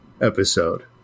episode